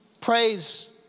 praise